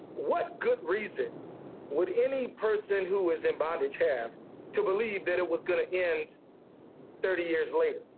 what good reason would any person who was in bondage have to believe that it was gonna end thirty years later?